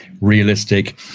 realistic